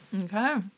okay